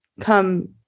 come